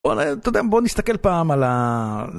בוא נסתכל פעם על ה...